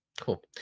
cool